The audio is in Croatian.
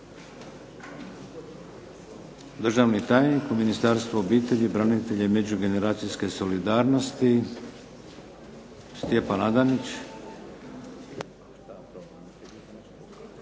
državni tajnik u Ministarstvu obitelji, branitelja i međugeneracijske solidarnosti. Stjepan Adanić.